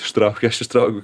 ištraukia aš ištraukiau